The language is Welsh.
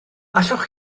allwch